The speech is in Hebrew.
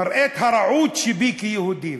ומראה את הרע שבי כיהודי,